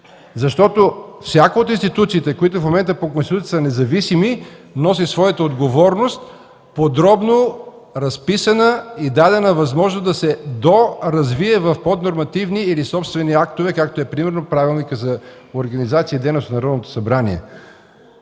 защото всяка от институциите, които по Конституцията са независими, носи своята отговорност, подробно разписана и дадена възможност да се доразвие в поднормативни или собствени актове, какъвто е примерно Правилникът за организацията и дейността на Народното събрание.